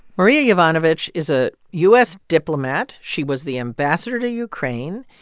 marie yovanovitch is a u s. diplomat. she was the ambassador to ukraine.